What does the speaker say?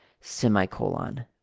semicolon